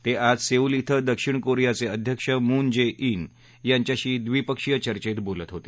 ते आज सेऊल ध्वे दक्षिण कोरियाचे अध्यक्ष मून जे जि यांच्यांशी द्वीपक्षीय चर्चेत बोलत होते